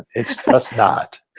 it's just not.